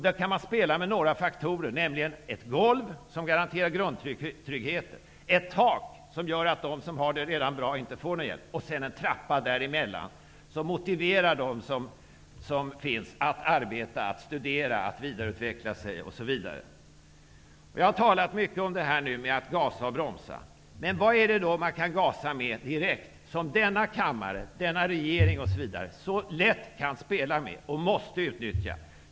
Där kan man spela med några faktorer, nämligen ett golv som garanterar grundtryggheten, ett tak som gör att de som redan har det bra inte får någon hjälp och en trappa däremellan som motiverar folk att arbeta, att studera, vidareutveckla sig, osv. Jag har talat mycket om att gasa och bromsa, men vad är det då som man kan gasa med direkt, som denna kammare, denna regering m.fl. så lätt kan spela med och måste utnyttja?